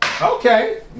okay